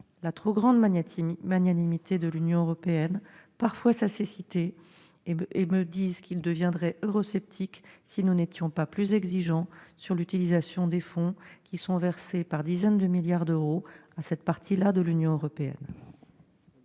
la trop grande magnanimité de l'Union européenne, et parfois sa cécité. Ils me disent qu'ils deviendraient eurosceptiques si nous n'étions pas plus exigeants sur l'utilisation des fonds qui sont versés par dizaines de milliards d'euros à cette partie de l'Union européenne.